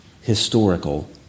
historical